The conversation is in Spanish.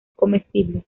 comestibles